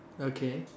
okay